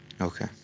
Okay